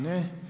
Ne.